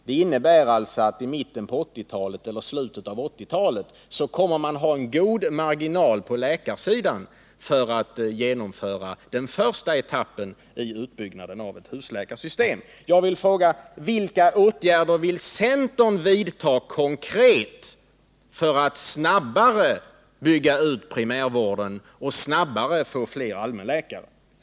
Det innebär alltså att i mitten på eller i slutet av 1980-talet kommer vi att ha en god marginal på läkarsidan för att genomföra den första etappen i utbyggnaden av ett husläkarsystem. Vilka konkreta åtgärder vill centern vidta för att snabbare bygga ut primärvården och snabbare få fler allmänläkare?